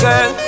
Girl